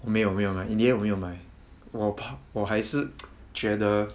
我没有没有买 in the end 我没有买我怕我还是 觉得